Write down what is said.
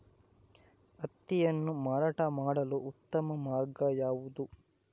ಹತ್ತಿಯನ್ನು ಮಾರಾಟ ಮಾಡಲು ಉತ್ತಮ ಮಾರ್ಗ ಯಾವುದು?